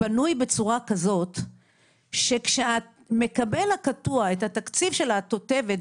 בנוי בצורה כזו שכשמקבל הקטוע את התקציב של התותבת,